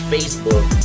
Facebook